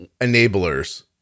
Enablers